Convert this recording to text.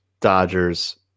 Dodgers